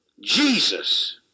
Jesus